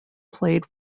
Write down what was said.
played